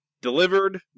delivered